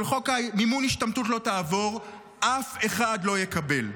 חוק מימון ההשתמטות לא תעבור אף אחד לא יקבל?